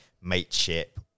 mateship